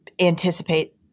anticipate